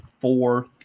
four